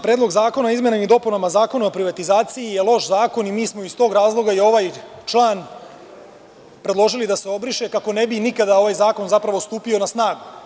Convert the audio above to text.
Predlog zakona o izmenama i dopunama Zakona o privatizaciji je loš zakon i mi smo iz tog razloga, ovaj član predložili da se obriše, kako ne bi nikada ovaj zakon zapravo stupio na snagu.